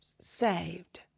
saved